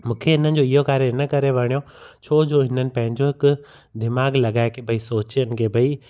मूंखे इन्हनि जो इहो कार्य इन करे वणियो छो जो इन्हनि पंहिंजो हिकु दिमाग़ु लॻाए के भाई सोचनि कि भाई